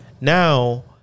Now